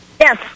Yes